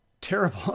terrible